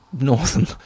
northern